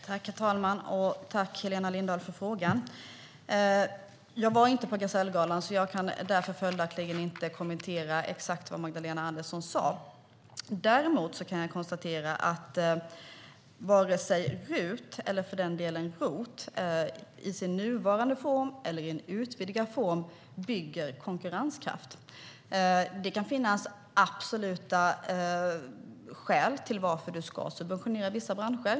Herr talman! Tack, Helena Lindahl, för frågan! Jag var inte på Gasellgalan. Jag kan därför inte kommentera vad Magdalena Andersson sa. Däremot kan jag konstatera att varken RUT eller ROT i sin nuvarande form eller i en utvidgad form bygger konkurrenskraft. Det kan finnas absoluta skäl till att man ska subventionera vissa branscher.